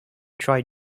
try